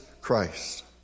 Christ